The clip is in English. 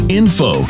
info